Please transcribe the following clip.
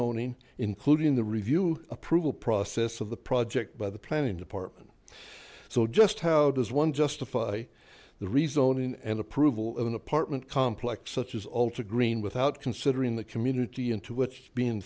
zoning including the review approval process of the project by the planning department so just how does one justify the rezoning and approval of an apartment complex such as ulta green without considering the community into which being